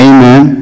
Amen